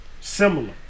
Similar